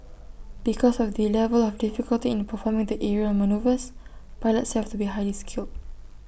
because of the level of difficulty in performing the aerial manoeuvres pilots have to be highly skilled